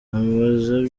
umubaza